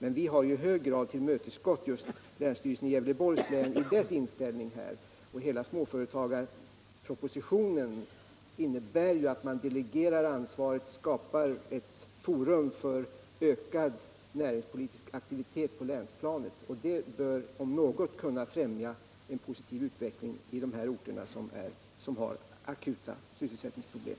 Vi har emellertid i hög grad tillmötesgått just länsstyrelsen i Gävleborgs län. Hela småföretagarpropositionen innebär att man delegerar ansvaret och skapar ett forum för ökad näringspolitisk aktivitet på länsplanet. Det bör om något kunna främja en positiv utveckling i de orter som har akuta sysselsättningsproblem.